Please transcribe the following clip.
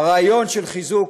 הרעיון של חיזוק